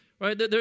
right